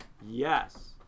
Yes